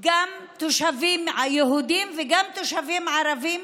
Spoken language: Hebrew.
גם תושבים יהודים וגם תושבים ערבים